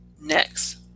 next